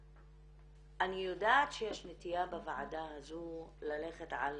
אני יודעת שיש נטייה בוועדה הזו ללכת על